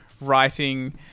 writing